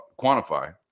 quantify